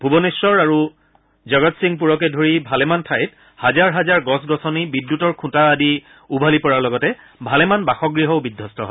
ভূৰনেশ্বৰ আৰু জগতসিংপুৰকে ধৰি ভালেমান ঠাইত হাজাৰ হাজাৰ গছ গছনি বিদ্যুৎৰ খুঁটা আদি উভালি পৰাৰ লগতে ভালেমান বাসগৃহও বিধবস্ত হয়